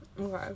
okay